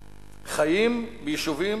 חיים ביישובים